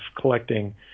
collecting